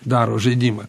daro žaidimą